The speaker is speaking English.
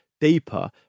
deeper